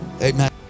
Amen